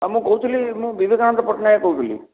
ହଁ ମୁଁ କହୁଥିଲି ମୁଁ ବିବେକାନନ୍ଦ ପଟ୍ଟନାୟକ କହୁଥିଲି